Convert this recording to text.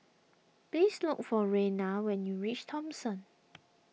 please look for Reina when you reach Thomson